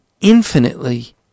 infinitely